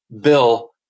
Bill